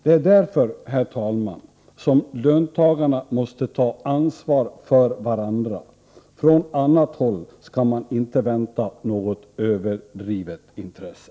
Det är därför, herr talman, som löntagarna måste ta ansvar för varandra. Från annat håll skall man inte vänta något överdrivet intresse.